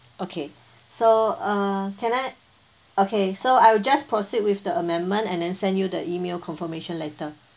okay so uh can I okay so I will just proceed with the amendment and then send you the email confirmation later